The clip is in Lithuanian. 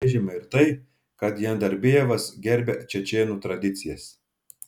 pabrėžiama ir tai kad jandarbijevas gerbia čečėnų tradicijas